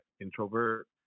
introvert